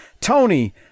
Tony